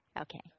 Okay